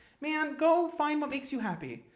man, go find what makes you happy.